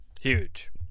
Huge